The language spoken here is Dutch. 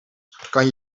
kan